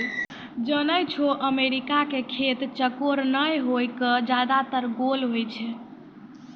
जानै छौ अमेरिका के खेत चौकोर नाय होय कॅ ज्यादातर गोल होय छै